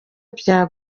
bya